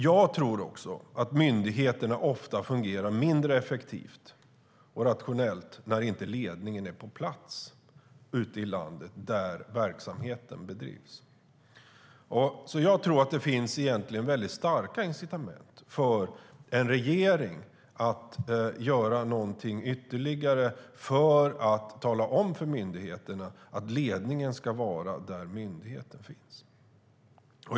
Jag tror att myndigheterna ofta fungerar mindre effektivt och rationellt när ledningen inte är på plats ute i landet där verksamheten bedrivs. Det finns starka incitament för en regering att göra något ytterligare för att tala om för myndigheterna att ledningen ska befinna sig där myndigheten finns.